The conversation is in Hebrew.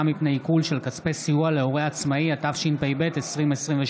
מפני עיקול של כספי סיוע להורה עצמאי) התשפ"ב 2022,